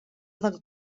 del